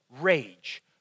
Rage